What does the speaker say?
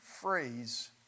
phrase